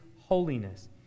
holiness